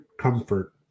comfort